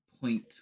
point